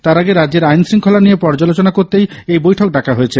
তার আগে রাজ্যের আইনশঙ্খলা নিয়ে পর্যালোচনা করতেই এই বৈঠক ডাকা হয়েছে